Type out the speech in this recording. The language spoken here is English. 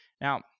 Now